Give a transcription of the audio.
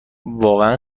واقعا